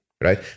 right